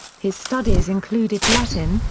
his studies included latin,